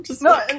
No